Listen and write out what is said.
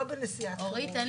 לא בנסיעת חירום --- אורית,